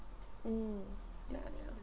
mm ya ya